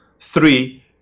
three